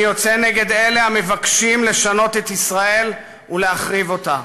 אני יוצא נגד אלה המבקשים לשנות את ישראל ולהחריב אותה,